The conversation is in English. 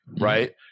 right